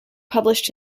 published